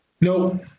No